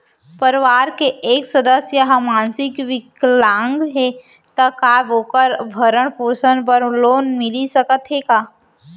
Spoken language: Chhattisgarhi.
परवार के एक सदस्य हा मानसिक विकलांग हे त का वोकर भरण पोषण बर लोन मिलिस सकथे का?